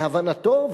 להבנתו,